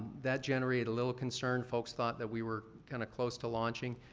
that generated a little concern. folks thought that we were, kind of, close to launching.